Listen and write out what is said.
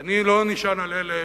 כי אני לא נשען על אלה